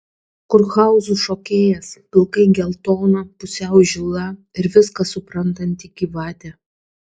kurhauzų šokėjas pilkai geltona pusiau žila ir viską suprantanti gyvatė